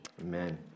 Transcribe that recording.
Amen